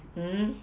mm